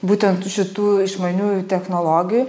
būtent šitų išmaniųjų technologijų